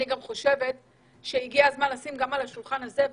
והגיע הזמן לשים גם את זה על השולחן הזה.